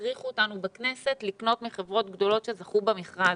הכריחו אותנו בכנסת לקנות מחברות גדולות שזו במכרז